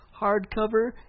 Hardcover